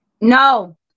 No